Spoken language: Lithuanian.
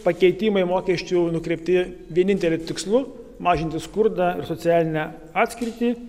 pakeitimai mokesčių nukreipti vieninteliu tikslu mažinti skurdą socialinę atskirtį